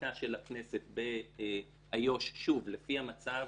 בחקיקה של הכנסת שיש באיו"ש שוב, לפי המצב